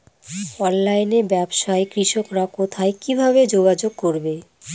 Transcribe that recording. অনলাইনে ব্যবসায় কৃষকরা কোথায় কিভাবে যোগাযোগ করবে?